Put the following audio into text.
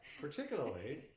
Particularly